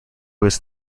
was